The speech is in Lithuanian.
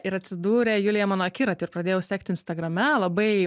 ir atsidūrė julija mano akiraty ir pradėjau sekti instagrame labai